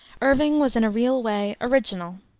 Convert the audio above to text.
irving was in a real way original.